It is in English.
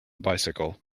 bicycle